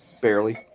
barely